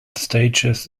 stages